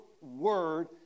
word